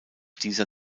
dieser